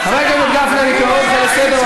הממשלה בעצמה, למה הוא לא עשה את זה?